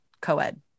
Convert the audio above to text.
co-ed